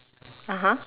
(uh huh)